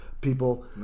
People